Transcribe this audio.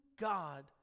God